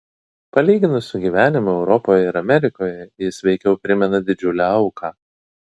palyginus su gyvenimu europoje ir amerikoje jis veikiau primena didžiulę auką